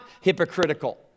hypocritical